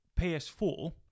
PS4